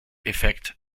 effekt